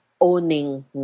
owning